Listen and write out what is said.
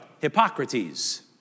Hippocrates